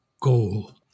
goal